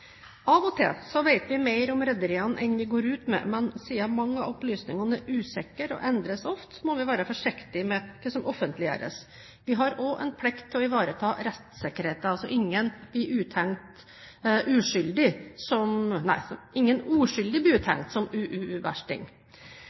Av og til vet vi mer om rederiene enn vi går ut med, men siden mange av opplysningene er usikre og endres ofte, må vi være forsiktige med hva som offentliggjøres. Vi har også en plikt til å ivareta rettssikkerheten, så ingen uskyldig blir uthengt som UUU-versting. Denne regjeringen har som